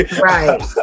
Right